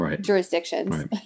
jurisdictions